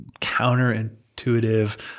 counterintuitive